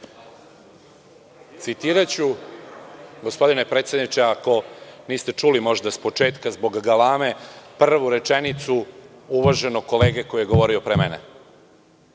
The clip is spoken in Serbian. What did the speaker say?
Citiraću, gospodine predsedniče, ako niste čuli možda s početka zbog galame, prvu rečenicu uvaženog kolege koji je govorio pre mene.